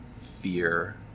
fear